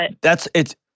that's—it's